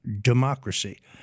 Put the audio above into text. democracy